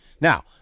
now